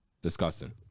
Disgusting